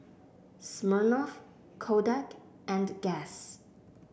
Smirnoff Kodak and Guess